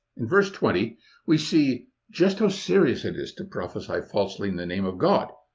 in verse twenty we see just how serious it is to prophesy falsely in the name of god.